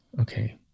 okay